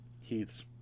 heats